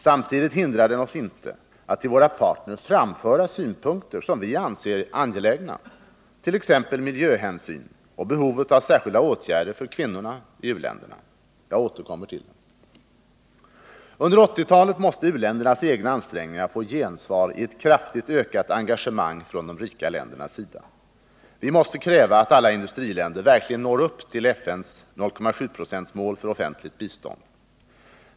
Samtidigt hindrar den oss inte att till våra partners framföra synpunkter som vi anser angelägna, t.ex. miljöhänsyn och behovet av särskilda åtgärder för kvinnorna i u-länderna. Jag återkommer till detta. Under 1980-talet måste u-ländernas egna ansträngningar få gensvar i ett kraftigt ökat engagemang från de rika ländernas sida. Vi måste kräva att alla industriländer verkligen når upp till FN:s 0,7-procentsmål för offentligt bistånd.